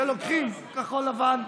שלוקחים, כחול לבן,